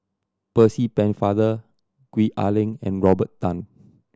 Percy Pennefather Gwee Ah Leng and Robert Tan